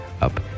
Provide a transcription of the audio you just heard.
up